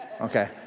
okay